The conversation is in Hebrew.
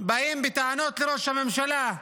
באים בטענות לראש הממשלה,